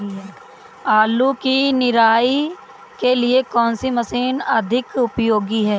आलू की निराई के लिए कौन सी मशीन अधिक उपयोगी है?